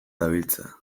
dabiltza